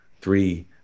three